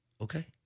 Okay